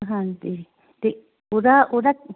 ਹਾਂਜੀ ਅਤੇ ਉਹਦਾ ਉਹਦਾ